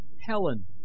Helen